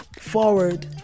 forward